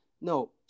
No